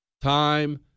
Time